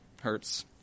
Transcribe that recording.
hurts